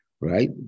right